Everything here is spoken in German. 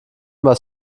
was